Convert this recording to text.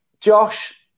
Josh